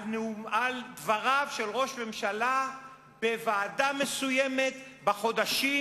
בדבריו של ראש ממשלה בוועדה מסוימת בחודשים